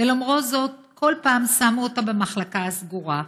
ולמרות זאת, כל פעם שמו אותה במחלקה הסגורה.